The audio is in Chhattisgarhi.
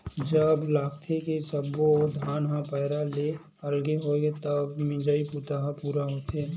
जब लागथे के सब्बो धान ह पैरा ले अलगे होगे हे तब मिसई बूता ह पूरा होथे